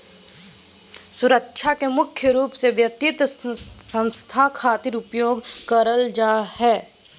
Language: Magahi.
सुरक्षा के मुख्य रूप से वित्तीय संस्था खातिर उपयोग करल जा हय